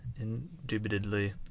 Indubitably